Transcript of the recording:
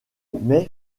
mais